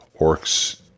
orcs